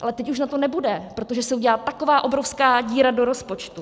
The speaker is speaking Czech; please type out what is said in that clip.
Ale teď už na to nebude, protože se udělá taková obrovská díra do rozpočtu.